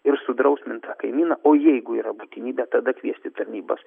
ir sudrausmint tą kaimyną o jeigu yra būtinybė tada kviesti tarnybas